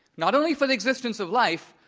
not only for the existence of life,